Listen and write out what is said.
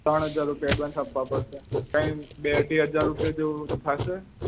ત્રણ હજાર રૂપિયા એડવાન્સ આપવા પડશે બે અઢી હજાર રૂપિયા જેવું થશે